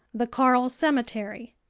the coral cemetery,